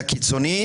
שנתיים וחצי?